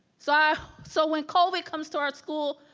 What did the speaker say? so i, so when covid comes to our school,